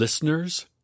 Listeners